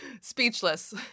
Speechless